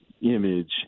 image